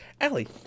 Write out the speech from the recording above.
Allie